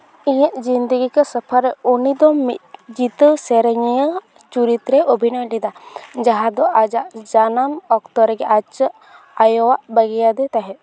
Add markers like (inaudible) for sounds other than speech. ᱤᱭᱮ ᱡᱤᱱᱫᱮᱜᱤ ᱠᱟ ᱥᱚᱯᱷᱚᱨ (unintelligible) ᱩᱱᱤ ᱫᱚ ᱢᱤᱫ ᱡᱤᱛᱟᱹᱣ ᱥᱮᱨᱮᱧᱤᱭᱟᱹ ᱟᱜ ᱪᱚᱨᱤᱛ ᱨᱮ ᱚᱵᱷᱤᱱᱚᱭ ᱞᱮᱫᱟ ᱡᱟᱦᱟᱸ ᱫᱚ ᱟᱡᱟᱜ ᱡᱟᱱᱟᱢ ᱚᱠᱛᱚ ᱨᱮᱜᱮ ᱟᱡ ᱟᱭᱳᱭ ᱵᱟᱹᱜᱤᱭ ᱟᱫᱮ ᱛᱟᱦᱮᱸᱫ